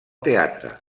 teatre